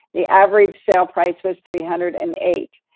the average sale price was three hundred and eight.